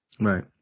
Right